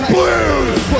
Blues